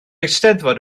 eisteddfod